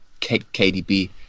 KDB